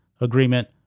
agreement